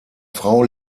frau